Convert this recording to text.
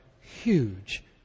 huge